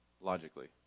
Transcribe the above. logically